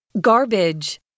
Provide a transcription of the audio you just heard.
Garbage